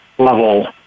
Level